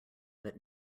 that